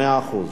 מאה אחוז.